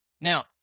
Now